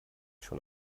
schon